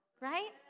right